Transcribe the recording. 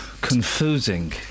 confusing